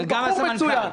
הוא בחור מצוין.